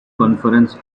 conference